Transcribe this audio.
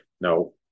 No